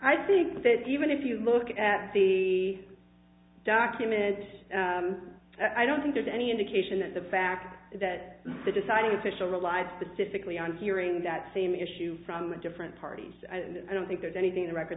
i think that even if you look at the documents i don't think there's any indication that the fact that the deciding official relied specifically on hearing that same issue from different parties i don't think there's anything the record